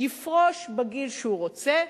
יפרוש בגיל שהוא רוצה.